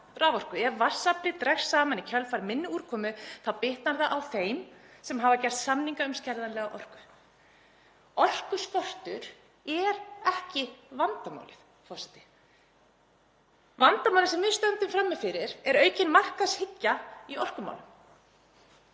Ef vatnsaflið dregst saman í kjölfar minni úrkomu þá bitnar það á þeim sem hafa gert samninga um skerðanlega orku. Orkuskortur er ekki vandamálið, forseti. Vandamálið sem við stöndum frammi fyrir er aukin markaðshyggja í orkumálum.